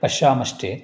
पश्यामश्चेत्